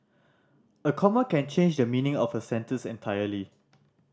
a comma can change the meaning of a sentence entirely